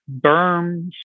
berms